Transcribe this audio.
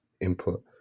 input